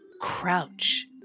Crouch